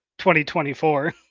2024